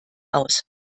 aus